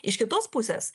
iš kitos pusės